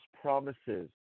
promises